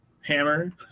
hammer